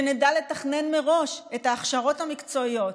שנדע לתכנן מראש את ההכשרות המקצועיות,